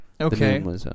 Okay